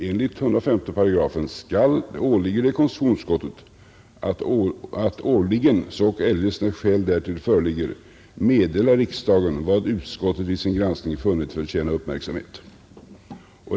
Enligt § 105 regeringsformen åligger det konstitutionsutskottet ”att årligen, så ock eljest när skäl därtill föreligger, meddela riksdagen vad utskottet vid sin granskning funnit förtjäna uppmärksamhet.